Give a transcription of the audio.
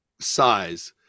size